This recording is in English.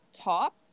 top